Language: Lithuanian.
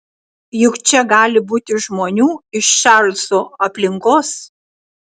juk čia gali būti žmonių iš čarlzo aplinkos